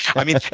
i mean,